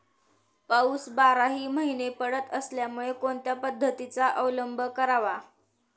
पाऊस बाराही महिने पडत असल्यामुळे कोणत्या पद्धतीचा अवलंब करावा?